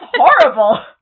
horrible